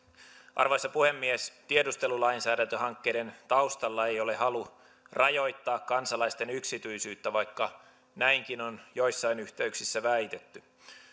arvoisa puhemies tiedustelulainsäädäntöhankkeiden taustalla ei ole halu rajoittaa kansalaisten yksityisyyttä vaikka näinkin on joissain yhteyksissä väitetty